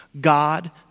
God